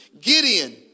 Gideon